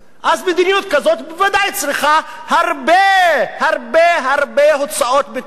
אז מדיניות כזאת בוודאי צריכה הרבה הרבה הרבה הוצאות ביטחון,